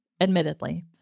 admittedly